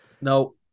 no